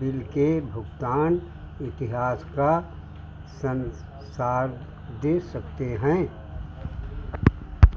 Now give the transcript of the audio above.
bill के भुगतान इतिहास का सार दे सकते हैं